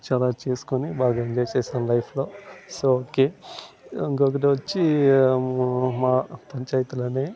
చాలా చేసుకుని బాగా ఎంజాయ్ చేసాం లైఫ్లో సో ఓకే ఇంకొకటొచ్చి మా పంచాయితీలోనే